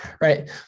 right